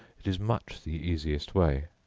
it is much the easiest way.